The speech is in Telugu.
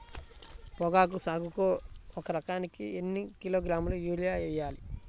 పొగాకు సాగుకు ఒక ఎకరానికి ఎన్ని కిలోగ్రాముల యూరియా వేయాలి?